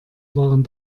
waren